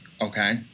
okay